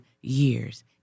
years